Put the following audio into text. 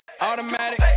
Automatic